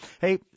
Hey